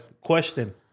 Question